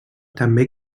també